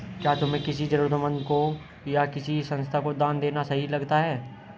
क्या तुम्हें किसी जरूरतमंद को या किसी संस्था को दान देना सही लगता है?